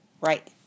right